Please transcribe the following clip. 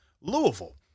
Louisville